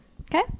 okay